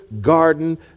garden